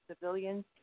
civilians